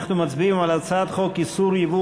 אנחנו מצביעים על הצעת חוק איסור ייבוא